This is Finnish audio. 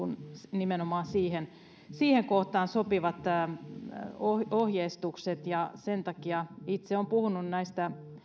nimenomaan siihen siihen kohtaan sopivat ohjeistukset sen takia itse olen puhunut näistä